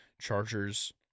Chargers